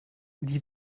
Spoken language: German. die